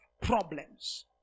problems